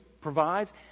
provides